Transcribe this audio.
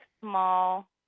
small